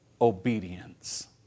obedience